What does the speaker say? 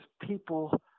people